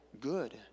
good